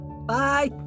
Bye